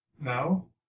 No